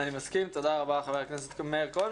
תודה רבה חבר הכנסת מאיר כהן,